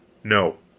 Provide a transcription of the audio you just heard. no,